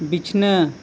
ᱵᱤᱪᱷᱱᱟᱹ